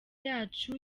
yacu